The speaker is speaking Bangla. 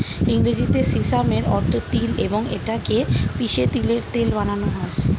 ইংরেজিতে সিসামের অর্থ তিল এবং এটা কে পিষে তিলের তেল বানানো হয়